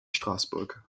straßburg